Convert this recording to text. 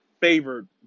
favored